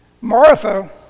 Martha